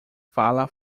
fala